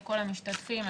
לכל המשתתפים.